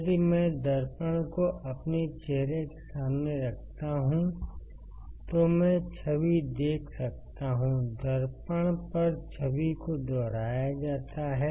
यदि मैं दर्पण को अपने चेहरे के सामने रखता हूं तो मैं छवि देख सकता हूं दर्पण पर छवि को दोहराया जाता है